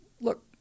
Look